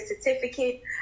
certificate